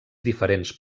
diferents